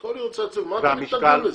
מה אתם מתנגדים לזה.